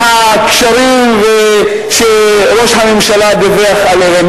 מהקשרים שראש הממשלה דיווח עליהם,